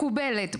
מקובלת,